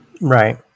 Right